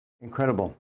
Incredible